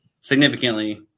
significantly